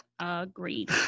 Agreed